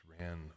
ran